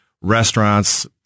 restaurants